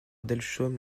delchaume